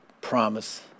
promise